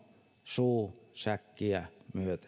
suu säkkiä myöten